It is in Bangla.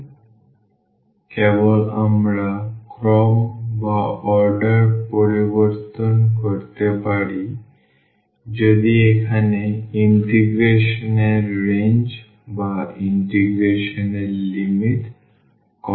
সুতরাং কেবল আমরা ক্রম পরিবর্তন করতে পারি যদি এখানে ইন্টিগ্রেশন এর রেঞ্জ বা ইন্টিগ্রেশন এর লিমিট কনস্ট্যান্ট হয়